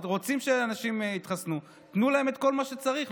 אתם רוצים שאנשים יתחסנו, תנו להם את כל מה שצריך.